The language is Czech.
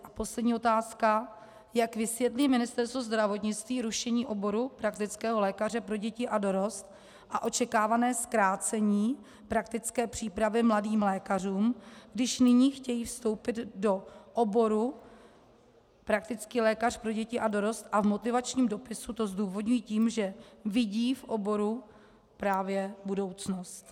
A poslední otázka: Jak vysvětlí Ministerstvo zdravotnictví rušení oboru praktického lékaře pro děti a dorost a očekávané zkrácení praktické přípravy mladým lékařům, když nyní chtějí vstoupit do oboru praktický lékař pro děti a dorost a v motivačním dopise to zdůvodňují tím, že vidí v oboru právě budoucnost?